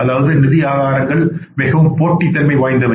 அதாவது நிதி ஆதாரங்கள் மிகவும் போட்டித்தன்மை வாய்ந்தவை